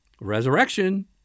resurrection